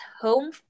home